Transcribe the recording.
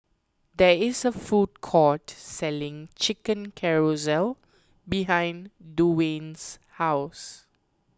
there is a food court selling Chicken Casserole behind Duwayne's house